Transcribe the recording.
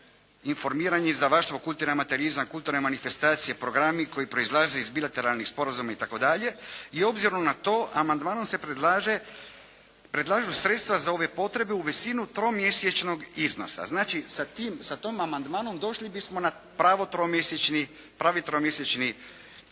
informiranje i izdavaštvo, kulturni amaterizam, kulturne manifestacije, programi koji proizlaze iz bilateralnih sporazuma itd. i obzirom na to, amandmanom se predlažu sredstva za ove potrebe u visini tromjesečnog iznosa. Znači sa tim amandmanom došli bi na pravi tromjesečni iznos.